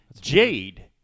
jade